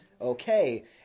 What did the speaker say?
okay